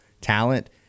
talent